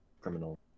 Criminal